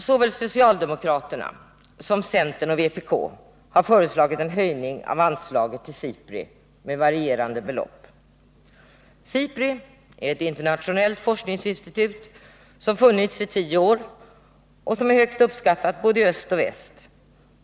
Såväl socialdemokraterna som centern och vpk har föreslagit en höjning av anslaget till SIPRI med varierande belopp. SIPRI är ett internationellt forskningsinstitut som funnits i ett tiotal år och som är högt uppskattat i både öst och väst.